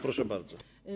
Proszę bardzo.